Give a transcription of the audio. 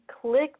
click